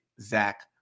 Zach